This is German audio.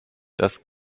das